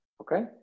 Okay